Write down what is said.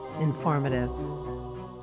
informative